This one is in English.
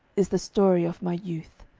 is the story of my youth.